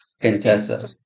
Contessa